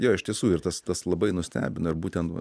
jo iš tiesų ir tas tas labai nustebino ir būten va